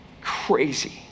crazy